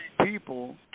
people